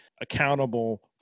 accountable